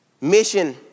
Mission